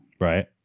Right